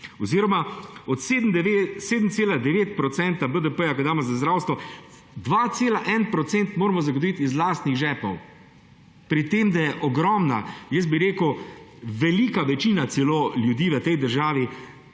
oziroma od 7,9 % BDP, ki ga damo za zdravstvo, 2,1 % moramo zagotoviti iz lastnih žepov, pri tem da je ogromna, celo velika večina ljudi v tej državi